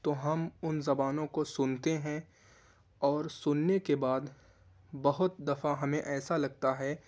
تو ہم ان زبانوں کو سنتے ہیں اور سننے کے بعد بہت دفعہ ہمیں ایسا لگتا ہے